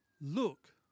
Look